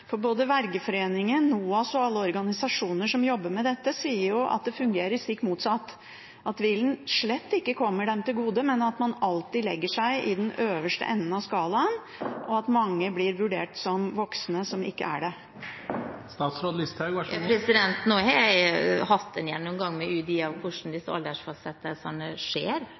gode. Både Vergeforeningen, NOAS og alle organisasjoner som jobber med dette, sier at det fungerer stikk motsatt – at tvilen slett ikke kommer dem til gode, men at man alltid legger seg i den øverste enden av skalaen, og at mange blir vurdert som voksne, som ikke er det. Nå har jeg hatt en gjennomgang med UDI av hvordan disse aldersfastsettelsene skjer.